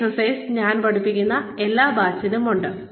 ഈ എക്സസൈസ് ഞാൻ പഠിപ്പിക്കുന്ന എല്ലാ ബാച്ചിലും ഉണ്ട്